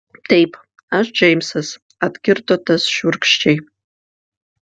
taip aš džeimsas atkirto tas šiurkščiai